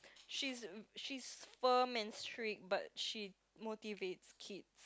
she's she's firm and strict but she motivates kid